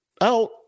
out